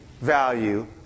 value